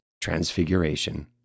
Transfiguration